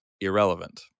irrelevant